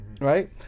Right